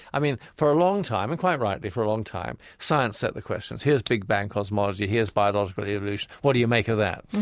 i mean, for a long time, and quite rightly for a long time, science set the questions. here's big bang cosmology. here's biological evolution. what do you make of that?